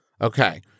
Okay